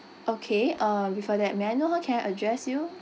okay uh before that may I know how can I address you